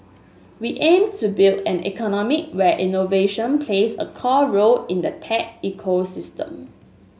we aim to build an economy where innovation plays a core role in the tech ecosystem